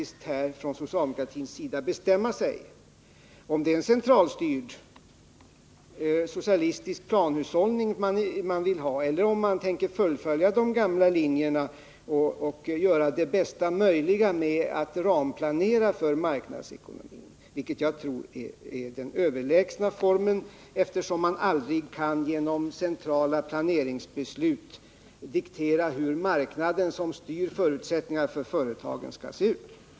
Socialdemokratin får bestämma sig för om det är en centralstyrd socialistisk planhushållning som man vill ha eller om man tänker fullfölja de gamla linjerna och göra det bästa möjliga med en ramplanering för marknadsekonomin. Det senare tror jag är den överlägsna formen, eftersom man aldrig kan genom centrala planeringsbeslut diktera hur marknaden, som styr förutsättningarna för företagen, skall se ut.